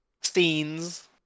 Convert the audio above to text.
scenes